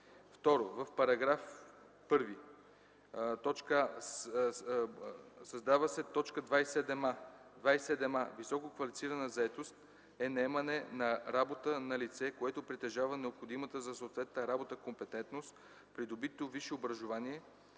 В § 1: а) създава се т. 27а: „27а. „Висококвалифицирана заетост” е наемане на работа на лице, което притежава необходимата за съответната работа компетентност – придобито висше образование,